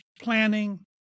planning